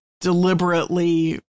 deliberately